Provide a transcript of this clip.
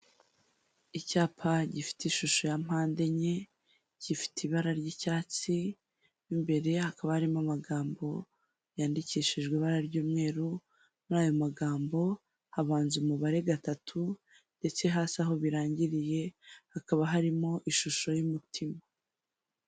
Icyapa gifite ishusho ya mpande enye, gifite ibara ry'icyatsi, imbere hakaba harimo amagambo yandikishijwe ibara ry'umweru, muri ayo magambo habanza umubare gatatu ndetse hasi aho birangiriye; hakaba harimo ishusho y'umutima.